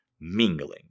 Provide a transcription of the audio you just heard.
mingling